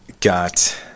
got